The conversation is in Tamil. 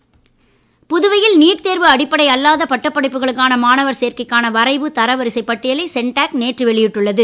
சென்டாக் புதுவையில் நீட் தேர்வு அல்லாத பட்டப்படிப்புகளுக்கான மாணவர் சேர்க்கைக்கான வரைவு தரவரிசைப் பட்டியலை சென்டாக் நேற்று வெளியிட்டுள்ளது